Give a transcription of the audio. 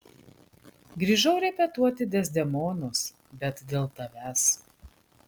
grįžau repetuoti dezdemonos bet dėl tavęs